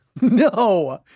No